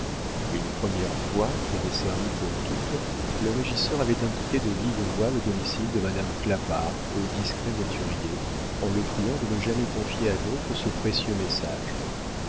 une première fois qui avait servi pour toutes le régisseur avait indiqué de vive voix le domicile de madame clapart au discret voiturier en le priant de ne jamais confier à d'autres ce précieux message